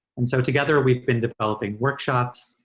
and so together, we've been developing workshops,